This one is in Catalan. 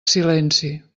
silenci